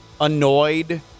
annoyed